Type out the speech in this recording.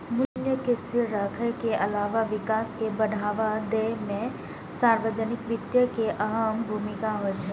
मूल्य कें स्थिर राखै के अलावा विकास कें बढ़ावा दै मे सार्वजनिक वित्त के अहम भूमिका होइ छै